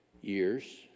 years